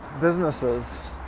businesses